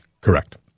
Correct